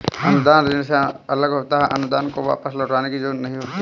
अनुदान ऋण से अलग होता है अनुदान को वापस लौटने की जरुरत नहीं होती है